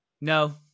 No